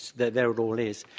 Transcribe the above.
there there it all is,